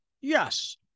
Yes